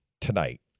tonight